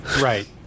Right